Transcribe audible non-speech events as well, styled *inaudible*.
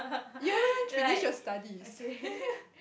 you haven't even finish your studies *laughs*